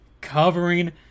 covering